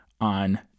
on